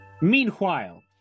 Meanwhile